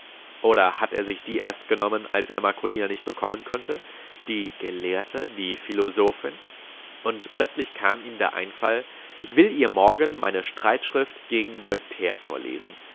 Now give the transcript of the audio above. oder hat er sich die erst genommen als er marcolina nicht bekommen konnte die gelehrte die philosophin und plötzlich kam ihm der einfall ich will ihr morgen meine streitschrift gegen voltaire vorlesen